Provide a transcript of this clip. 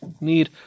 need